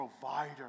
provider